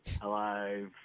Hello